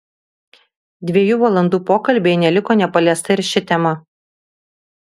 dviejų valandų pokalbyje neliko nepaliesta ir ši tema